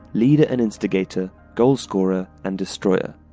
leader and instigator, goal-scorer and destroyer.